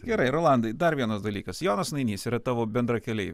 gerai rolandai dar vienas dalykas jonas nainys yra tavo bendrakeleivi